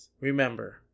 Remember